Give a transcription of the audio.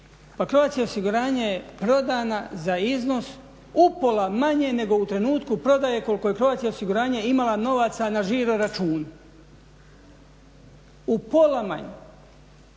pa Croatia Osiguranje je prodana za iznos upola manje nego u trenutku prodaje koliko je Croatia osiguranje imala novaca na žiro računu, u pola manje.